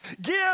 Give